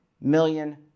million